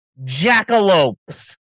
jackalopes